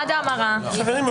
עד ההמרה --- חברים,